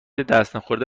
دستنخورده